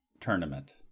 Tournament